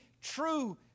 true